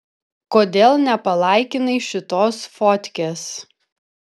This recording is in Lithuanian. kodėl nepalaikinai šitos fotkės